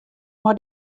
mei